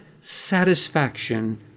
satisfaction